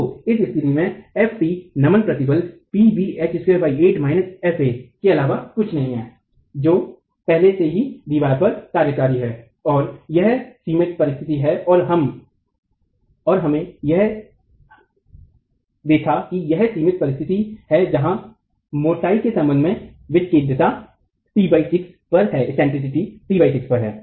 तो इस स्तिथि में ft नमन प्रतिबल pb h28 fa के अलावा कुछ नही है जो पहले से ही दीवारपर कार्यकारी है और यह सिमित परिस्तिथि है और हमे यह देखा की यह सिमित परिस्तिथि है जहाँ मोटाई से सम्बन्ध में विकेंद्रता t6 पर है